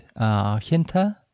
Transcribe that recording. hinter